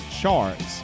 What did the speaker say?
charts